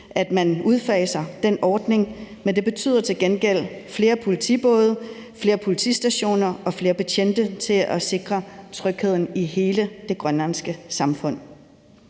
at man udfaser den ordning, men det betyder til gengæld flere politibåde, flere politistationer og flere betjente til at sikre trygheden i hele det grønlandske samfund.